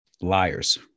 liars